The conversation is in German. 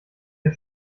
der